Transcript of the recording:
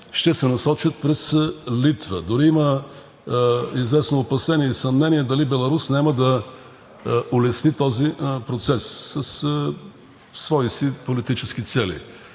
ще се насочат през Литва. Дори има известно опасение и съмнение дали Беларус няма да улесни този процес със свои си политически цели,